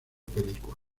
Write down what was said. películas